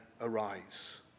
arise